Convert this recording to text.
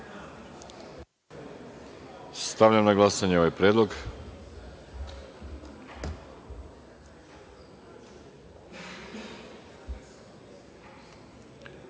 Stavljam na glasanje ovaj predlog. Molim